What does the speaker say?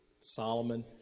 Solomon